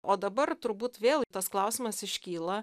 o dabar turbūt vėl tas klausimas iškyla